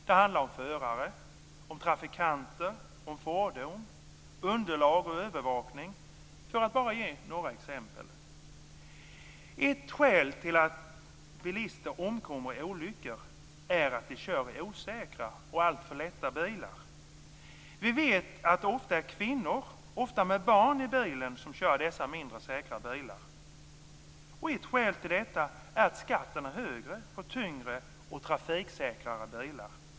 Det handlar om förare, trafikanter, fordon, underlag och övervakning för att bara ge några exempel. Ett skäl till att bilister omkommer i olyckor är att de kör i osäkra och alltför lätta bilar. Vi vet att det ofta är kvinnor, ofta med barn i bilen, som kör dessa mindre säkra bilar. Ett skäl till detta är att skatten är högre på tyngre och trafiksäkrare bilar.